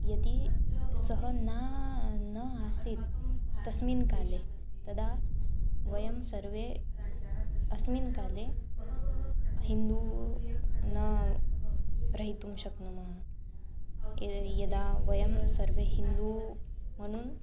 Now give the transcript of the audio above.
यदि सः न न आसीत् तस्मिन् काले तदा वयं सर्वे अस्मिन् काले हिन्दु न भवितुं शक्नुमः यदा वयं सर्वे हिन्दु मनु